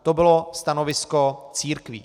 To bylo stanovisko církví.